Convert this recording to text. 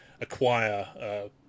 acquire